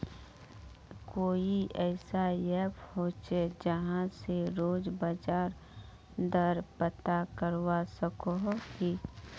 कोई ऐसा ऐप होचे जहा से रोज बाजार दर पता करवा सकोहो ही?